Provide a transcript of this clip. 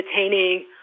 entertaining